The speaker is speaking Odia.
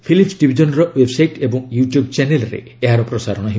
ଫିଲ୍ମସ ଡିଭିଜନର ୱେବ୍ସାଇଟ୍ ଏବଂ ୟୁଟ୍ୟୁବ୍ ଚ୍ୟାନେଲ୍ରେ ଏହାର ପ୍ରସାରଣ ହେବ